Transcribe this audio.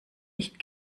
nicht